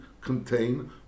contain